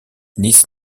nice